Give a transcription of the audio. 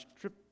trip